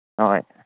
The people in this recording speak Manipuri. ꯍꯣꯏ